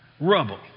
rubble